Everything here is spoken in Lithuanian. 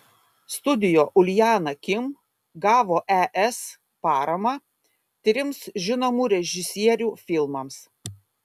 studio uljana kim gavo es paramą trims žinomų režisierių filmams